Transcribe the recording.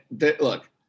look